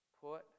put